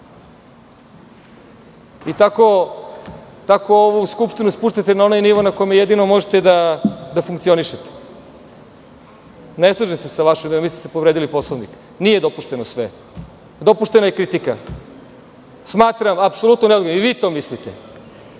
Tako ovu Skupštinu spuštate na onaj nivo na kome jedino možete da funkcionišete. Ne slažem se sa vašom idejom, mislim da ste povredili Poslovnik. Nije dopušteno sve. Dopuštena je kritika. Smatram apsolutno neodgovornim, i vi to mislite,